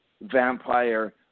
vampire